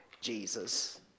Jesus